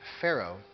Pharaoh